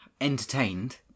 entertained